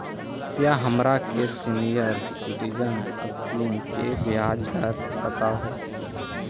कृपा हमरा के सीनियर सिटीजन स्कीम के ब्याज दर बतावहुं